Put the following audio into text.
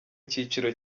cyiciro